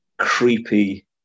creepy